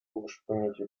ursprüngliche